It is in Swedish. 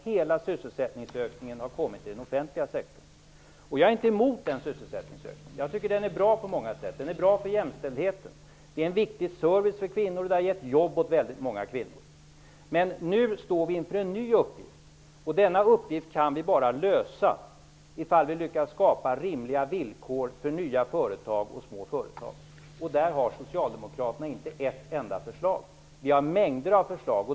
Hela sysselsättningsökningen har skapats i den offentliga sektorn. Jag är inte emot den sysselsättningsökningen. Den är på många sätt bra för t.ex. jämställdheten. Den är en viktig service för kvinnorna, och den har gett jobb åt många kvinnor. Men nu står vi inför en ny uppgift. Denna uppgift kan vi bara lösa om vi lyckas skapa rimliga villkor för nya småföretag. Där har socialdemokraterna inte ett enda förslag. Vi har mängder av förslag.